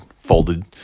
folded